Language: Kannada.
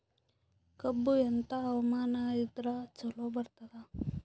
ಕಬ್ಬು ಎಂಥಾ ಹವಾಮಾನ ಇದರ ಚಲೋ ಬರತ್ತಾದ?